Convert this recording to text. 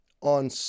on